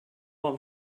one